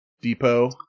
Depot